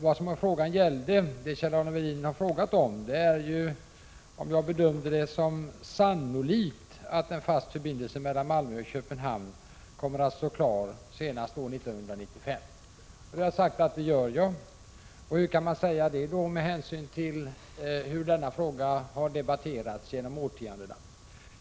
Vad Kjell-Arne Welin har frågat om är ju om jag bedömer det som sannolikt att en fast förbindelse mellan Malmö och Köpenhamn kommer att stå klar senast år 1995. Jag har svarat att jag gör det. Hur kan man då säga detta, med tanke på debatten om denna fråga genom årtiondena?